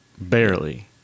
Barely